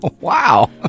Wow